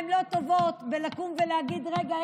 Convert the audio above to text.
הן לא טובות בלקום ולהגיד: רגע,